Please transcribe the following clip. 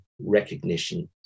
recognition